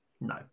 No